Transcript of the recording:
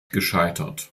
gescheitert